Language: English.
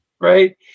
Right